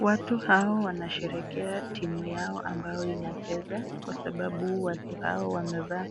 Watu hawa wanasherehekea timu yao ambayo inacheza, kwa sababu watu hawa wamevaa